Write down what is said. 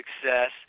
success